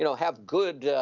you know have good,